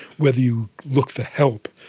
whether you look for help.